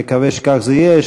נקווה שכך זה יהיה,